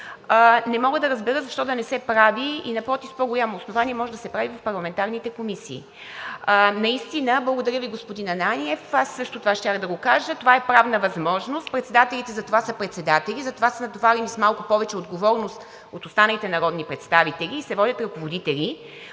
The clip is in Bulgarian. не мога да разбера защо да не се прави с по-голямо основание и в парламентарните комисии?! Благодаря Ви, господин Ананиев, аз също щях да го кажа и това е правната възможност: председателите затова са председатели, защото са натоварени с малко повече отговорност от останалите народни представители. Те се водят ръководители,